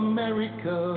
America